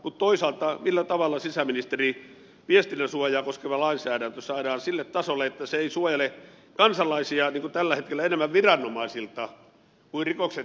mutta toisaalta millä tavalla sisäministeri viestinnän suojaa koskeva lainsäädäntö saadaan sille tasolle että se ei suojele kansalaisia niin kuin tällä hetkellä enemmän viranomaisilta kuin rikoksentekijöiltä